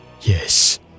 yes